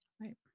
Right